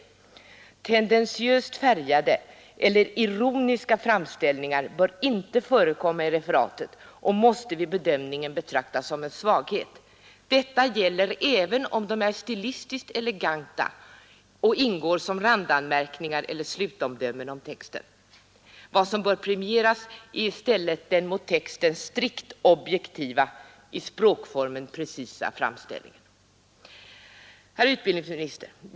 Tendentiöst färgade eller ironiska framställningar bör inte förekomma i referatet och måste vid bedömningen betraktas som en svaghet. Detta gäller även om de är stilistiskt eleganta och ingår som randanmärkningar eller slutomdömen om texten. Vad som bör premieras är i stället den mot texten strikt objektiva, i språkformen precisa framställningen.” Herr utbildningsminister!